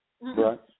Right